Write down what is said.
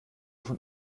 von